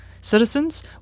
citizens